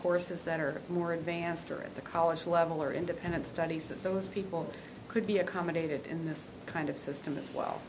courses that are more advanced or at the college level or independent studies that those people could be accommodated in this kind of system as well